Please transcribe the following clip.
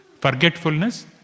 forgetfulness